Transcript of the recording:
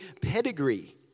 pedigree